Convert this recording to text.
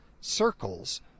circles